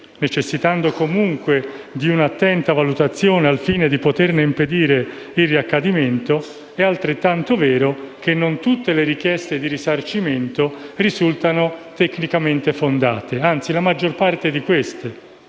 necessitando comunque di un'attenta valutazione al fine di poterne impedire il riaccadimento - è altrettanto vero che non tutte le richieste di risarcimento risultano tecnicamente fondate, anzi la maggior parte di queste